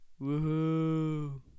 Woohoo